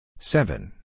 Seven